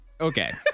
okay